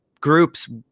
Groups